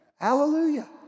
Hallelujah